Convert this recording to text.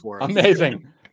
Amazing